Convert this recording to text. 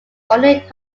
ornate